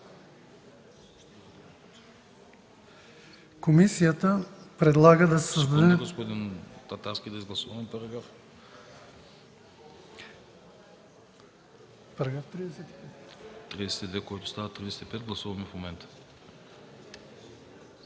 Комисията предлага да се създаде